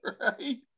Right